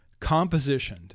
compositioned